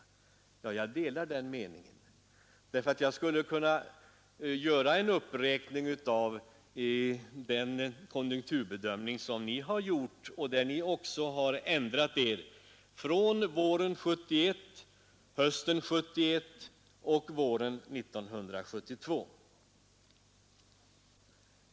Jag delar den uppfattningen. Jag skulle kunna göra en uppräkning av de konjunkturbedömningar som ni har gjort och där ni ändrat er från våren 1971, hösten 1971 och våren 1972.